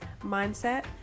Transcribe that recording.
mindset